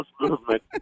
movement